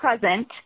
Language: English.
present